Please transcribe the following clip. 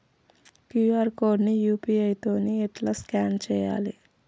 QR code ని UPI తోని ఎట్లా స్కాన్ చేయాలి?